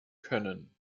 können